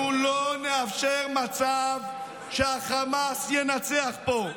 אנחנו לא נאפשר מצב שהחמאס ינצח פה.